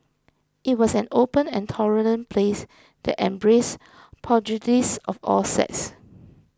it was an open and tolerant place that embraced pugilists of all sects